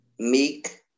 meek